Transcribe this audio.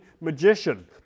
magician